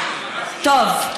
טוב.